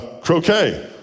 croquet